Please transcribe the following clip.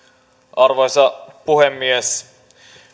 arvoisa puhemies